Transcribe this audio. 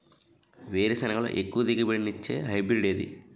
వేరుసెనగ లో ఎక్కువ దిగుబడి నీ ఇచ్చే హైబ్రిడ్ ఏది?